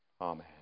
Amen